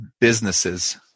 businesses